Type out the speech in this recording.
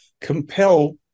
compel